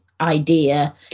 idea